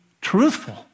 truthful